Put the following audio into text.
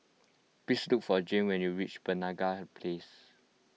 please look for Jane when you reach Penaga Place